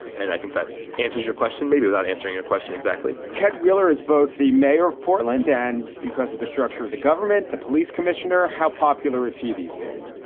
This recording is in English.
and i think that answers your question, maybe without answering your question. exactly ted wheeler is both the mayor of portland and because of the structure of the government, the police commissioner, how popular is he these days?